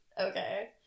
Okay